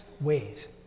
ways